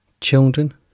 children